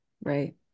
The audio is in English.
right